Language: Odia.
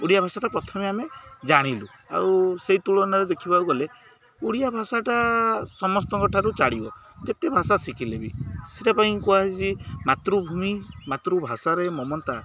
ଓଡ଼ିଆ ଭାଷାଟା ପ୍ରଥମେ ଆମେ ଜାଣିଲୁ ଆଉ ସେଇ ତୁଳନାରେ ଦେଖିବାକୁ ଗଲେ ଓଡ଼ିଆ ଭାଷାଟା ସମସ୍ତଙ୍କ ଠାରୁ ଚଳିବ ଯେତେ ଭାଷା ଶିଖିଲେ ବି ସେଇଟା ପାଇଁ କୁହାଯାଇଛି ମାତୃଭୂମି ମାତୃଭାଷାରେ ମମତା